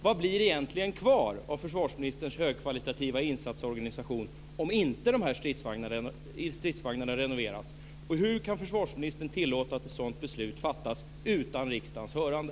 Vad blir det egentligen kvar av försvarsministerns högkvalitativa insatsorganisation om stridsvagnarna inte renoveras? Hur kan försvarsministern tillåta att ett sådant beslut fattas utan riksdagens hörande?